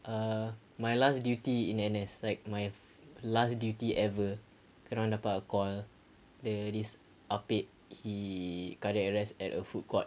err my last duty in N_S like my last duty ever kena dapat call the this ah pek he cardiac arrest at a foodcourt